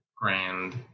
grand